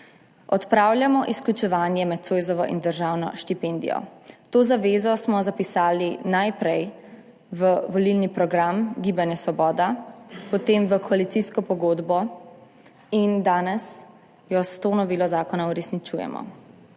Odpravljamo izključevanje med Zoisovo in državno štipendijo. To zavezo smo zapisali najprej v volilni program Gibanja Svoboda, potem v koalicijsko pogodbo in danes jo s to novelo zakona uresničujemo.